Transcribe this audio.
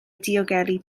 diogelu